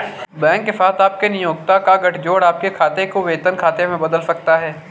bank के साथ आपके नियोक्ता का गठजोड़ आपके खाते को वेतन खाते में बदल सकता है